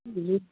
جی